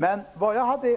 Men det jag hade